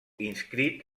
inscrit